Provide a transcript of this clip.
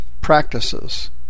practices